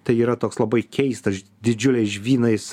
tai yra toks labai keistas didžiulės žvynais